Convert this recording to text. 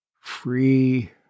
free